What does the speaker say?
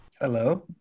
Hello